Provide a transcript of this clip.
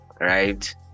right